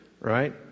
Right